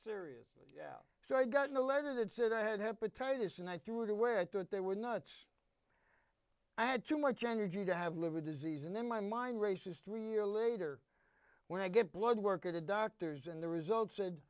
seriously doubt so i got no letter that said i had hepatitis and i threw it away i thought they were nuts i had too much energy to have liver disease and then my mind races three year later when i get bloodwork at the doctors and the result said